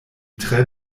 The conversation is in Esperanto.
tre